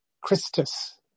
Christus